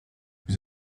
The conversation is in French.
vous